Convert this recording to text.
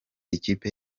ikipe